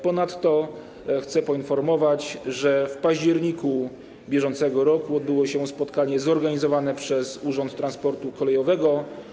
Ponadto chcę poinformować, że w październiku br. odbyło się spotkanie zorganizowane przez Urząd Transportu Kolejowego.